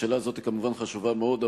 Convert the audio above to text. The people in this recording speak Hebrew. השאלה הזאת היא כמובן חשובה מאוד,